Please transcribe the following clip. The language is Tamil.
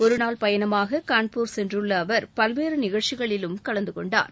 ஒருநாள் பயணமாக கான்பூர் சென்றுள்ள அவர் பல்வேறு நிகழ்ச்சிகளிலும் கலந்து கொண்டார்